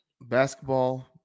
basketball